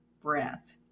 breath